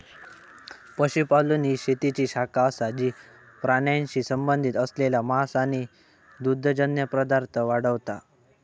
पशुपालन ही शेतीची शाखा असा जी प्राण्यांशी संबंधित असलेला मांस आणि दुग्धजन्य पदार्थ वाढवता